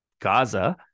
Gaza